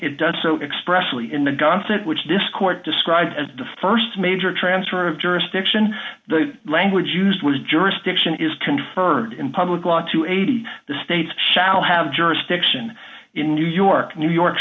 it does so expressly in the gauntlet which this court described as the st major transfer of jurisdiction the language used was jurisdiction is conferred in public law to eighty the states shall have jury stiction in new york new york